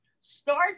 Start